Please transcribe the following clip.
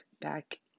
back